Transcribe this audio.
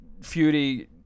Fury